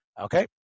Okay